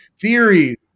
theories